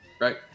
right